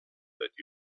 that